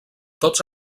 tots